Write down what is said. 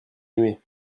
aimé